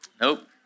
Nope